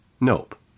Nope